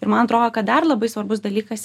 ir man atrodo kad dar labai svarbus dalykas